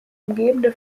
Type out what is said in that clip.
umgebende